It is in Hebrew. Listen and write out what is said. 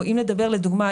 לדוגמה,